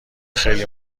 خیلی